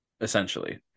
essentially